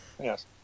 Yes